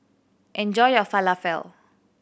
enjoy your Falafel